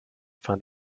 fin